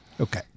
Okay